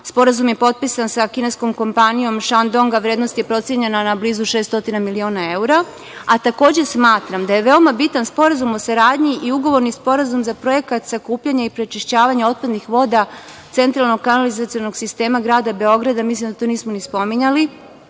Sporazum je potpisan sa kineskom kompanijom Šandong, a vrednost je procenjena na blizu 600 miliona evra, a takođe smatram da je veoma bitan sporazum o saradnji i ugovorni sporazum za projekat sakupljanja i prečišćavanja otpadnih voda Centralnog kanalizacionog sistema grada Beograda, mislim da to nismo ni spominjali,